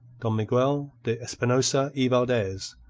don miguel de espinosa y valdez,